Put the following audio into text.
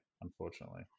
unfortunately